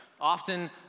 Often